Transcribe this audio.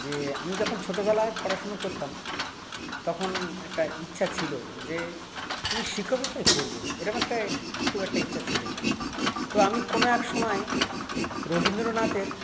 যে আমি যখন ছোটবেলায় পড়াশোনা করতাম তখন একটা ইচ্ছা ছিল যে আমি শিক্ষকতাই করব এরম একটা স খুব একটা ইচ্ছা ছিল তো আমি কোনো এক সময় রবীন্দ্রনাথের